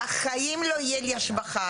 בחיים לא תהיה לי השבחה,